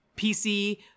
PC